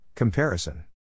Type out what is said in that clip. Comparison